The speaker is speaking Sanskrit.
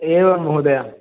एवं महोदय